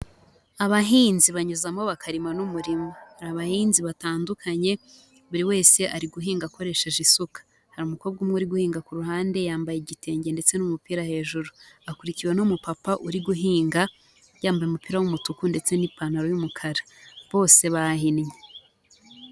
Abahinzi banyuzamo bakarima n'umurima, hari abahinzi batandukanye, buri wese ari guhinga akoresheje isuka, hari umukobwa umwe uri guhinga ku ruhande yambaye igitenge ndetse n'umupira hejuru, akurikiwe n'umupapa uri guhinga yambaye umupira w'umutuku ndetse n'ipantaro y'umukara, bose bahinnye.